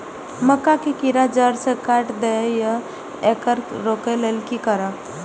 मक्का के कीरा जड़ से काट देय ईय येकर रोके लेल की करब?